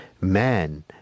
man